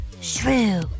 shrew